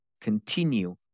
continue